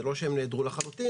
זה לא שהם נעדרו לחלוטין.